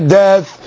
death